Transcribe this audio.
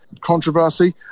controversy